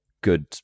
good